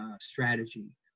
strategy